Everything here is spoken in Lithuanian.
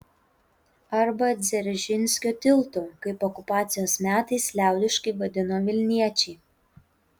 arba dzeržinskio tiltu kaip okupacijos metais liaudiškai vadino vilniečiai